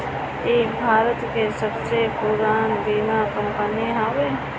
इ भारत के सबसे पुरान बीमा कंपनी हवे